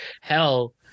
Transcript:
hell